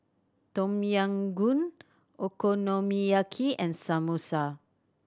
Tom Yam Goong Okonomiyaki and Samosa